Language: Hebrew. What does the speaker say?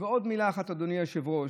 ועוד מילה אחת, אדוני היושב-ראש,